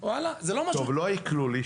לא עיקלו לי,